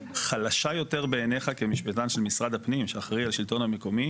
חלשה יותר בעיניך כמשפטן של משרד הפנים שאחראי על השלטון המקומי